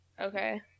okay